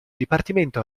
dipartimento